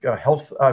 health